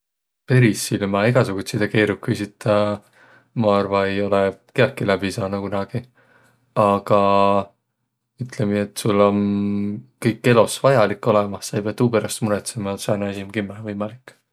Peris ilma egäsugutsidõ keerukuisita, ma arva, ei olõq kiäki läbi saanuq kunagi. Aga ütlemi, et sul om kõik elos vajalik olõmah, sa ei piäq tuu peräst murõtsõma, et sääne asi om kimmähe võimalik.